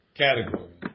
category